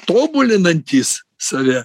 tobulinantys save